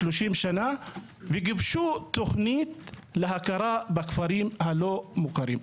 30 שנה, וגיבשו תוכנית להכרה בכפרים הלא מוכרים.